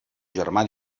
germà